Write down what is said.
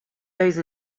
those